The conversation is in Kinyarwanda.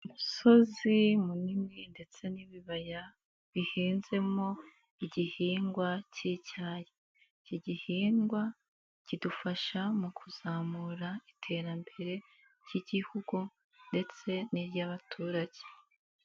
Umusozi munini ndetse n'ibibaya bihinzemo igihingwa k'icyayi, iki gihingwa kidufasha mu kuzamura iterambere ry'igihugu ndetse n'iry'abaturage.